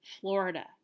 Florida